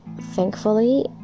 thankfully